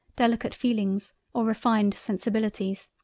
delicate feelings or refined sensibilities.